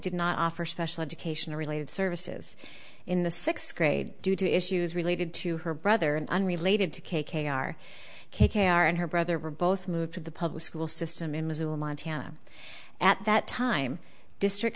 did not offer special education related services in the sixth grade due to issues related to her brother and unrelated to k k r k k r and her brother were both moved to the public school system in missoula montana at that time district